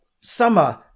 Summer